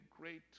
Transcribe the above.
great